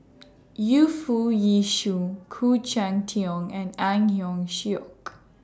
Yu Foo Yee Shoon Khoo Cheng Tiong and Ang Hiong Chiok